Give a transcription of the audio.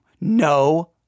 No